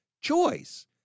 choice